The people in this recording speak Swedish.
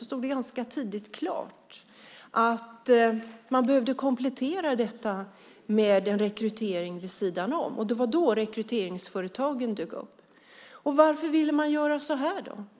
Det stod nämligen ganska tidigt klart att man behövde komplettera detta med en rekrytering vid sidan om. Det var då rekryteringsföretagen dök upp. Varför ville man göra så, då?